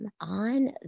on